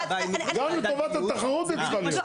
גם לטובת התחרות היא צריכה להיות.